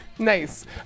nice